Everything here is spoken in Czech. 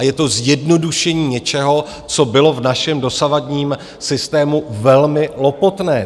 Je to zjednodušení něčeho, co bylo v našem dosavadním systému velmi lopotné.